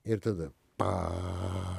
ir tada pa